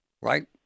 right